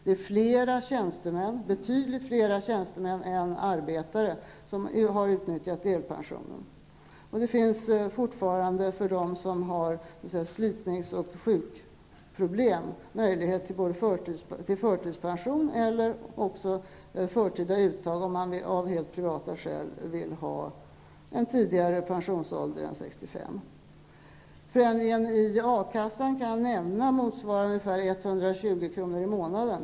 Det är betydligt flera tjänstemän än arbetare som har utnyttjat delpensionen. För dem som har förslitnings och sjukproblem finns fortfarande möjligheter till förtidspension eller förtida uttag, om man av helt privata skäl vill ha en tidigare pensionsålder än 65 år. Förändringen i A-kassan motsvarar, kan jag nämna, ungefär 120 kr. i månaden.